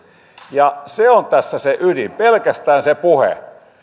se on tässä se ydin pelkästään se puhe